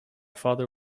father